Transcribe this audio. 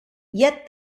yet